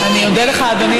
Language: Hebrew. אני אודה לך, אדוני.